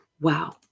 wow